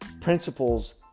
principles